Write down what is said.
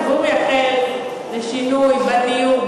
הציבור מייחל לשינוי בדיור,